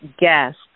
guest